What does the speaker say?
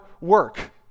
work